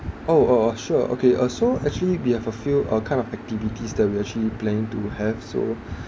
oh oh oh sure okay uh so actually we have a few uh kind of activities that we actually planning to have so